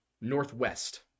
northwest